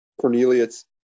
Cornelius